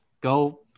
go